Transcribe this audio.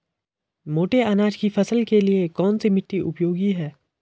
मोटे अनाज की फसल के लिए कौन सी मिट्टी उपयोगी है?